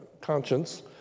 conscience